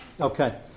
Okay